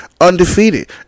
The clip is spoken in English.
undefeated